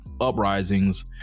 uprisings